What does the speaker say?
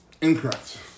Incorrect